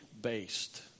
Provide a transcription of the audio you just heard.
based